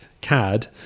CAD